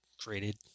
created